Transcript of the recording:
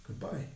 Goodbye